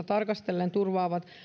tarkastellen turvaavat